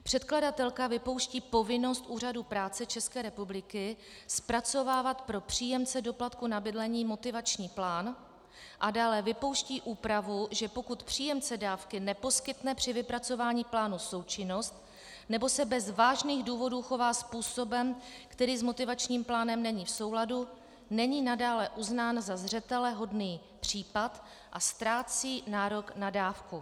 Předkladatelka vypouští povinnost Úřadu práce ČR, zpracovávat pro příjemce doplatku na bydlení motivační plán a dále vypouští úpravu, že pokud příjemce dávky neposkytne při vypracování plánu součinnost nebo se bez vážných důvodů chová způsobem, který s motivačním plánem není v souladu, není nadále uznán za zřetelehodný případ a ztrácí nárok na dávku.